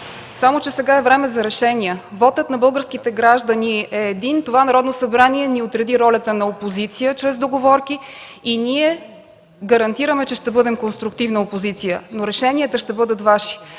Само че сега е време за решения. Вотът на българските граждани е един – в това Народно събрание ни отреди ролята на опозиция чрез договорки и ние гарантираме, че ще бъдем конструктивна опозиция. Но решенията ще бъдат Ваши